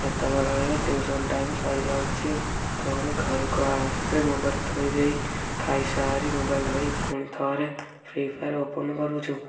ଯେତେବେଳେ tuition time ସରିଯାଉଛି ପୁଣି ଘରକୁ ଆସି ମୋବାଇଲ୍ ଥୋଇଦେଇ ଖାଇସାରି ମୋବାଇଲ୍ ଧରି ଫୁଣି ଥରେ ଫ୍ରିଫାୟାର୍ ଓପନ୍ କରୁଛୁ